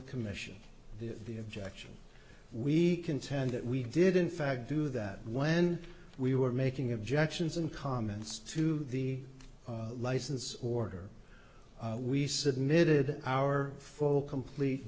the commission the objection we contend that we did in fact do that when we were making objections and comments to the license order we submitted our full complete